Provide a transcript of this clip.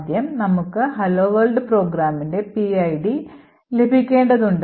ആദ്യം നമുക്ക് hello world പ്രോഗ്രാമിന്റെ PID ലഭിക്കേണ്ടതുണ്ട്